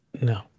No